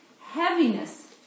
Heaviness